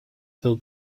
the